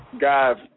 guys